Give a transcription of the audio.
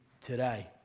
today